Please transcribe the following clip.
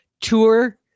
tour